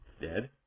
dead